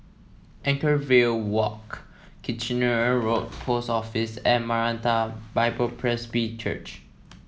Anchorvale Walk Kitchener Road Post Office and Maranatha Bible Presby Church